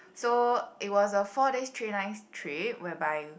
so it was a four days three nights trip whereby